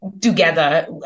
together